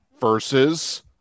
versus